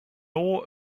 ore